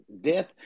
death